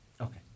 Okay